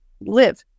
live